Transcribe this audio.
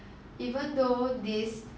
even though this